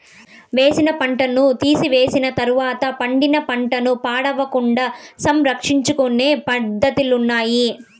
వేసిన పంటను తీసివేసిన తర్వాత పండిన పంట పాడవకుండా సంరక్షించుకొనే పద్ధతులున్నాయి